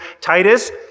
Titus